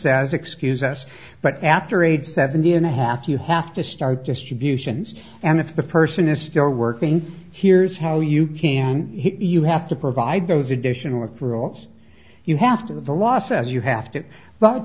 says excuse us but after age seventy and a half you have to start distributions and if the person is still working here's how you can you have to provide those additional with rules you have to the law says you have to but